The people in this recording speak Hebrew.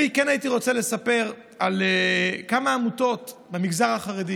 אני כן הייתי רוצה לספר על כמה עמותות במגזר החרדי